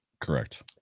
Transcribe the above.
Correct